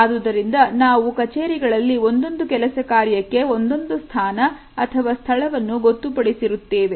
ಆದುದರಿಂದ ನಾವು ಕಚೇರಿಗಳಲ್ಲಿ ಒಂದೊಂದು ಕೆಲಸ ಕಾರ್ಯಕ್ಕೆ ಒಂದೊಂದು ಸ್ಥಾನ ಅಥವಾ ಸ್ಥಳವನ್ನು ಗೊತ್ತುಪಡಿಸಿರುತ್ತೇವೆ